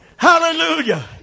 Hallelujah